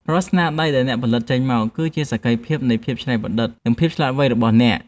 រាល់ស្នាដៃដែលអ្នកផលិតចេញមកគឺជាសក្ខីភាពនៃភាពច្នៃប្រឌិត និង ភាពឆ្លាតវៃរបស់អ្នក។